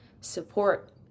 support